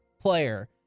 player